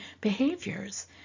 behaviors